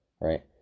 right